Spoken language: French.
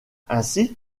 ainsi